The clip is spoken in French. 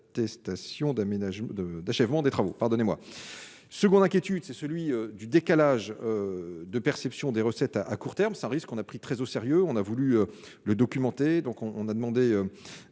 de d'achèvement des travaux, pardonnez-moi, seconde inquiétude c'est celui du décalage de perception des recettes à court terme, ça risque, on a pris très au sérieux, on a voulu le documenter,